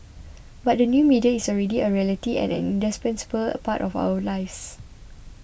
but the new media is already a reality and an indispensable part of our lives